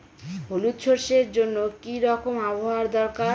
হলুদ সরষে জন্য কি রকম আবহাওয়ার দরকার?